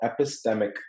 epistemic